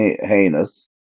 heinous